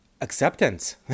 acceptance